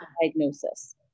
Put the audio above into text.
diagnosis